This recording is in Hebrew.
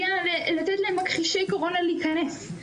לתת למכחישי קורונה להיכנס.